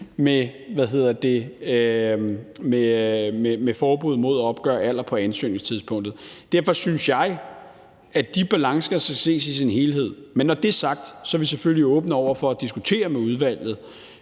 med forbud mod at anmode om at få oplyst alder på ansøgningstidspunktet. Derfor synes jeg, at de balancer skal ses i sin helhed. Når det er sagt, er vi selvfølgelig åbne over for at diskutere det med udvalget,